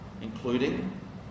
including